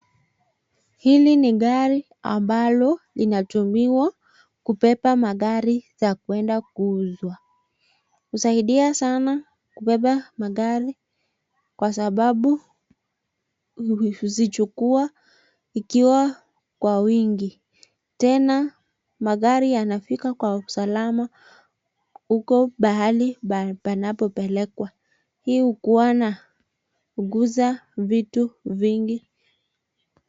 Hili ni gari ambalo inatumiwa kubeba magari za kuenda kuuzwa. Husaidia sana kubeba magari kwa sababu huzichukua ikiwa kwa wingi. Tena magari yanafika kwa usalama huko pahali panapopelekwa. Hii hukuwa na kukuza vitu vingi.